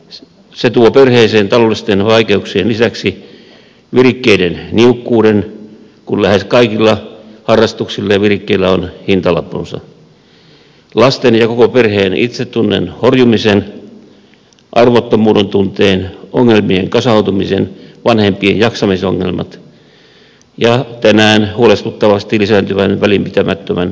se tuo perheeseen taloudellisten vaikeuksien lisäksi virikkeiden niukkuuden kun lähes kaikilla harrastuksilla ja virikkeillä on hintalappunsa lasten ja koko perheen itsetunnon horjumisen arvottomuuden tunteen ongelmien kasautumisen vanhempien jaksamisen ongelmat ja tänään huolestuttavasti lisääntyvän välinpitämättömän vanhemmuuden